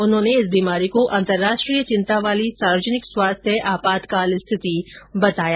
उन्होंने इस बीमारी को अंतराष्ट्रीय चिंता वाली सार्वजनिक स्वास्थ्य आपातकाल रिथति बताया